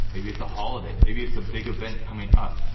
maybe it's a holiday, maybe it's a big event coming up.